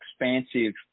expansive